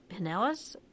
Pinellas